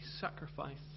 sacrifice